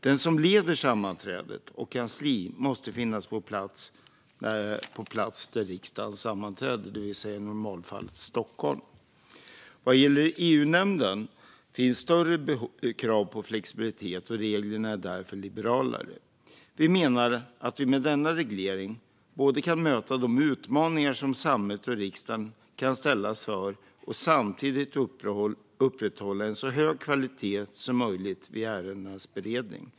Den som leder sammanträdet samt kansliet måste finnas på plats där riksdagen sammanträder, det vill säga i normalfallet i Stockholm. Vad gäller EU-nämnden finns större krav på flexibilitet, och reglerna är därför liberalare. Vi menar att vi med denna reglering kan möta de utmaningar som samhället och riksdagen kan ställas inför och samtidigt upprätthålla en så hög kvalitet som möjligt vid ärendens beredning.